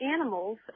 animals